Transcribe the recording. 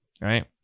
right